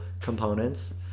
components